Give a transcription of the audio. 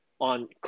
on